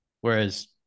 whereas